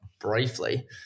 briefly